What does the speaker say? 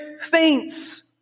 faints